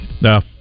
No